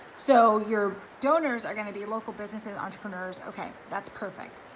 so your donors are gonna be local businesses entrepreneurs, okay, that's perfect.